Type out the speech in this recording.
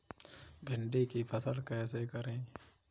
भिंडी की फसल कैसे करें?